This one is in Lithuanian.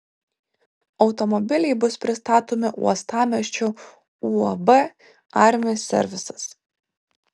automobiliai bus pristatomi uostamiesčio uab armi servisas